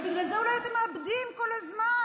בגלל זה אולי אתם מאבדים כל הזמן,